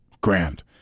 grand